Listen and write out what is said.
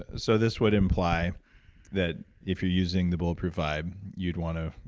ah so this would imply that if you're using the bulletproof vibe, you would want to.